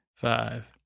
five